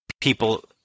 people